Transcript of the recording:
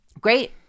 Great